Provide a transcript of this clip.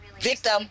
victim